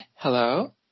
Hello